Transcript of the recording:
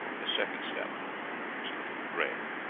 his second step was into the grave.